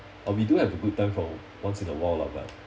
uh we do have a good time for once in a while lah but